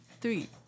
three